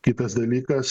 kitas dalykas